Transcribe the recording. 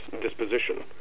disposition